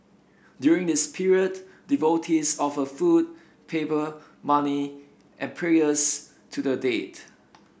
during this period devotees offer food paper money and prayers to the dead